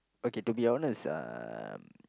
okay to be honest um